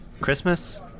christmas